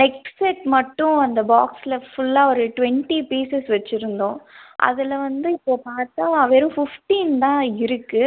neck set மட்டும் அந்த பாக்ஸில் ஃபுல்லாக ஒரு ட்வெண்ட்டி பீஸஸ் வச்சுருந்தோம் அதில் வந்து இப்போ பார்த்தா வெறும் ஃபிஃப்டின் தான் இருக்கு